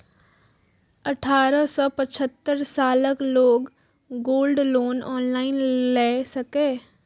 अठारह सं पचहत्तर सालक लोग गोल्ड लोन ऑनलाइन लए सकैए